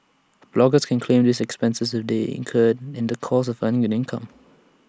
bloggers can claim these expenses if they incurred in the course of earning an income